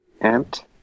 ant